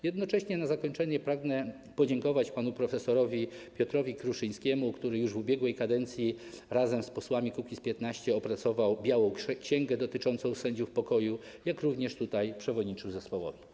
Jednocześnie na zakończenie pragnę podziękować panu prof. Piotrowi Kruszyńskiemu, który już w ubiegłej kadencji razem z posłami Kukiz’15 opracował białą księgę dotyczącą sędziów pokoju, jak również przewodniczył zespołowi.